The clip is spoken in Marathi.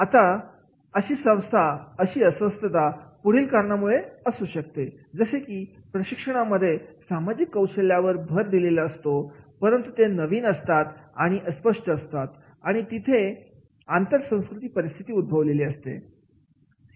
आता अशी अस्वस्थता पुढील कारणामुळे असू शकते जसे की प्रशिक्षणामध्ये सामाजिक कौशल्यावर भर दिलेला असतो परंतु ते नवीन असतात आणि अस्पष्ट असतात आणि तिथे आंतर सांस्कृतिक परिस्थिती उद्भवलेली असते